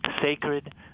sacred